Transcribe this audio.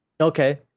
Okay